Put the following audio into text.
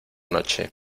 noche